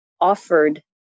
offered